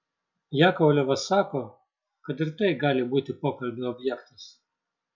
jakovlevas sako kad ir tai gali būti pokalbio objektas